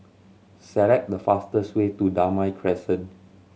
select the fastest way to Damai Crescent